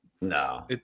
No